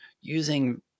using